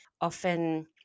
Often